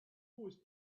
always